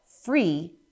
free